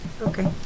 Okay